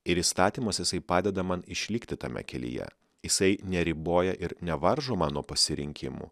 ir įstatymas jisai padeda man išlikti tame kelyje jisai neriboja ir nevaržo mano pasirinkimų